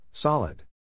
Solid